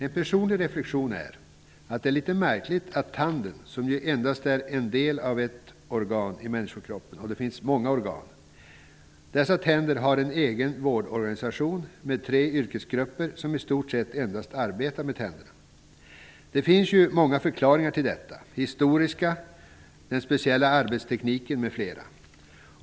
En personlig reflexion är att det är litet märkligt att tänderna, som endast är en del av ett organ i människokroppen -- och det finns många organ -- har en egen vårdorganisation med tre yrkesgrupper, som i stort sett arbetar endast med tandvård. Det finns många förklaringar till detta -- den historiska bakgrunden, den speciella arbetstekniken m.m.